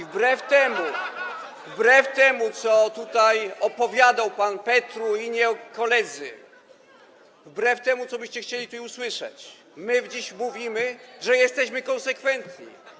Wbrew temu, co tutaj opowiadał pan Petru i inni koledzy, wbrew temu, co byście chcieli tutaj usłyszeć, my dziś mówimy, że jesteśmy konsekwentni.